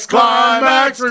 Climax